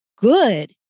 good